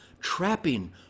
Trapping